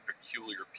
peculiar